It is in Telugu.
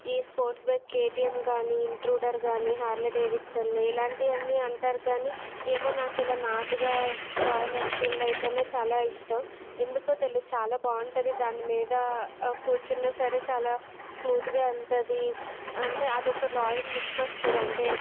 ఈ స్పోర్ట్స్ బైక్ కేటీఎమ్ కానీ ఇంట్రుడర్ కానీ హార్లే డేవిడ్సన్ ఇలాంటివన్ని అంటారు కానీ ఏమో నాకు ఇలా నాటుగా రాయల్ ఎన్ఫీల్డ్ అయితేనే చాలా ఇష్టం ఎందుకో తెలియదు చాలా బాగుంటుంది దానిమీద కూర్చున్న సరే చాలా స్మూత్గా వెళుతుంది అంటే అదొక రాయల్ లుక్ వస్తుంది అంటే